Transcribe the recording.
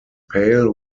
pale